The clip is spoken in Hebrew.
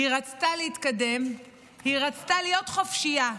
היא רצתה להתקדם, היא רצתה להיות חופשייה.